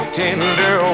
tender